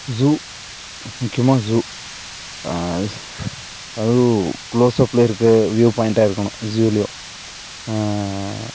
zoo முக்கியமாக ஸூ அதுவும் க்ளோசப்பில இருக்க வியூவ் பாயிண்ட்டாக இருக்கணும் ஸூலையும்